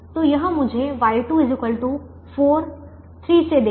तो यह मुझे Y2 4 3 से देगा